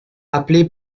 appelé